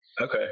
Okay